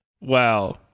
wow